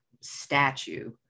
statue